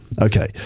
Okay